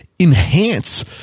Enhance